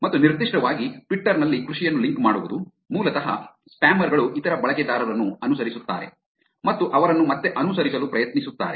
ಮತ್ತು ನಿರ್ದಿಷ್ಟವಾಗಿ ಟ್ವಿಟರ್ ನಲ್ಲಿ ಕೃಷಿಯನ್ನು ಲಿಂಕ್ ಮಾಡುವುದು ಮೂಲತಃ ಸ್ಪ್ಯಾಮರ್ ಗಳು ಇತರ ಬಳಕೆದಾರರನ್ನು ಅನುಸರಿಸುತ್ತಾರೆ ಮತ್ತು ಅವರನ್ನು ಮತ್ತೆ ಅನುಸರಿಸಲು ಪ್ರಯತ್ನಿಸುತ್ತಾರೆ